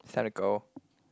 decide to go